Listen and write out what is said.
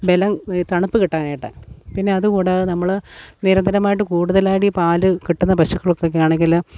ബലം ഈ തണുപ്പ് കിട്ടാനായിട്ട് പിന്നെ അതുകൂടാതെ നമ്മള് നിരന്തരമായിട്ട് കൂടുതലായിട്ട് ഈ പാല് കിട്ടുന്ന പശുകൾക്കൊക്കെയാണെങ്കില്